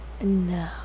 No